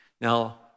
Now